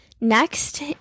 next